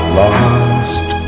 lost